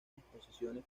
exposiciones